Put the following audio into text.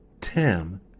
Tim